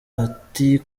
ati